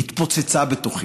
התפוצצה בתוכי.